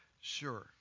sure